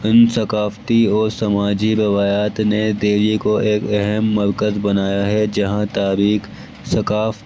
ان ثقافتی اور سماجی روایات نے دلی کو ایک اہم مرکز بنایا ہے جہاں تاریخ ثقافت